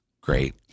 Great